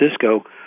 Francisco